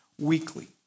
weekly